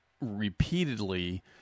repeatedly